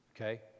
okay